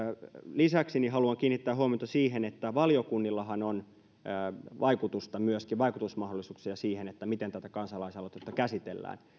lisäksi haluan kiinnittää huomiota siihen että valiokunnillahan on myöskin vaikutusmahdollisuuksia siihen miten tätä kansalaisaloitteita käsitellään